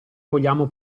vogliamo